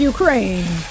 Ukraine